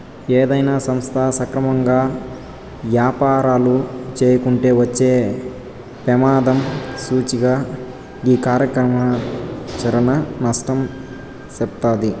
ఏదైనా సంస్థ సక్రమంగా యాపారాలు చేయకుంటే వచ్చే పెమాదం సూటిగా ఈ కార్యాచరణ నష్టం సెప్తాది